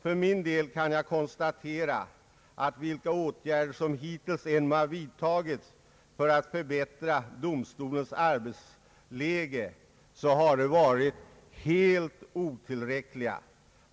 För min del kan jag konstatera att vilka åtgärder som hittills än må ha vidtagits för att förbättra domstolens arbetsläge så har de varit helt otillräckliga.